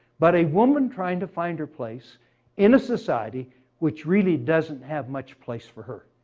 but a woman trying to find her place in a society which really doesn't have much place for her.